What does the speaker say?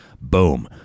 boom